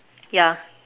yeah